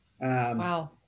Wow